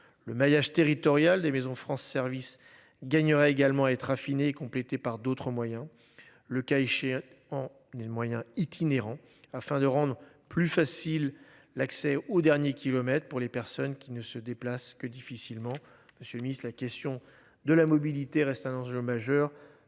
le maillage territorial des maison France Service gagnera également à être affiné et complété par d'autres moyens, le cas échéant en 1000 moyens itinérant afin de rendre plus facile l'accès au dernier kilomètre pour les personnes qui ne se. Que difficilement. Monsieur le Ministre, la question de la mobilité reste un enjeu majeur